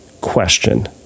question